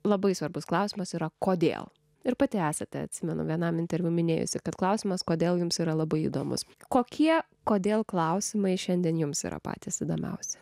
labai svarbus klausimas yra kodėl ir pati esate atsimenu vienam interviu minėjusi kad klausimas kodėl jums yra labai įdomus kokie kodėl klausimai šiandien jums yra patys įdomiausi